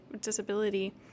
disability